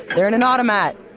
they're in an automat.